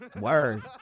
Word